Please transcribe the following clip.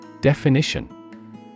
Definition